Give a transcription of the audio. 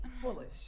foolish